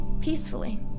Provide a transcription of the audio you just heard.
peacefully